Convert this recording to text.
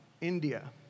India